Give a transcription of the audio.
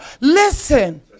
Listen